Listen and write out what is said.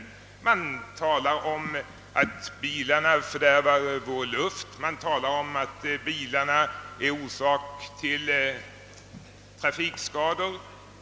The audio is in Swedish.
Man talar om att bilarna fördärvar luften och ger upphov till många skador.